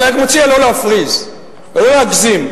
אני רק מציע לא להפריז ולא להגזים.